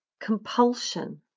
compulsion